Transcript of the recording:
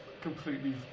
completely